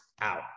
out